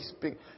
big